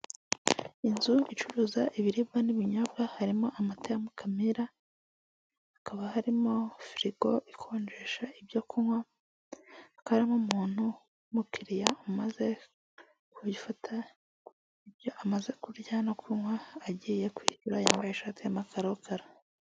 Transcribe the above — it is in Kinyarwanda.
Inzu icuruza ibiribwa n'ibinyobwa harimo amata ya mukamira, hakaba harimo firigo ikonjesha ibyo kunywa twaramo umuntu w'umukiriya umaze kuyifata ibyo amaze kurya no kunywa agiye kwishyura yambaye ishati y'umakara rukara.